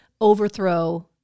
overthrow